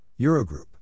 Eurogroup